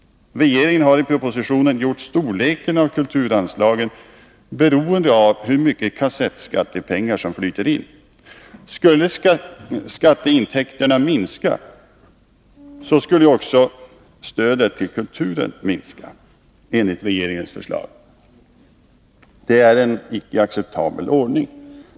Regeringen har i propositionen gjort storleken av kulturanslagen beroende av hur mycket kassettskattepengar som flyter in. Skulle skatteintäkterna minska, minskar också stödet till kulturen, enligt regeringens förslag. Det är en icke acceptabel ordning.